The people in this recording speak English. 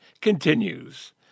continues